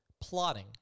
plotting